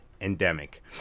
endemic